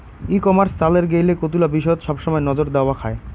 ই commerce চালের গেইলে কতুলা বিষয়ত সবসমাই নজর দ্যাওয়া খায়